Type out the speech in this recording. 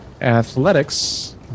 Athletics